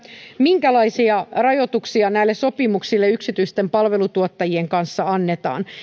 minkälaisia rajoituksia näille sopimuksille yksityisten palvelutuottajien kanssa annetaan